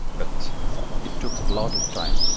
but it took a lot of time.